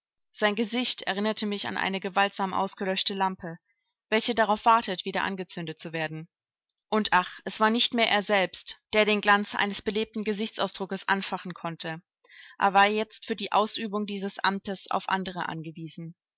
sein gesicht erinnerte mich an eine gewaltsam ausgelöschte lampe welche darauf wartet wieder angezündet zu werden und ach es war nicht mehr er selbst der den glanz eines belebten gesichtsausdruckes anfachen konnte er war jetzt für die ausübung dieses amtes auf andere angewiesen